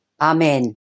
Amen